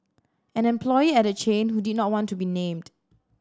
an employee at the chain who did not want to be named